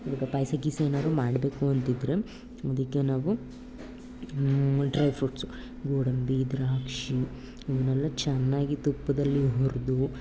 ಇವಾಗ ಪಾಯಸ ಗೀಯ್ಸ ಏನಾದ್ರು ಮಾಡಬೇಕು ಅಂತಿದ್ದರೆ ಅದಕ್ಕೆ ನಾವು ಡ್ರೈ ಫ್ರುಟ್ಸು ಗೋಡಂಬಿ ದ್ರಾಕ್ಷಿ ಇವ್ನೆಲ್ಲ ಚೆನ್ನಾಗಿ ತುಪ್ಪದಲ್ಲಿ ಹುರಿದು